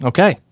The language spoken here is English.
Okay